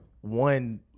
one